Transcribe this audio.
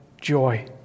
joy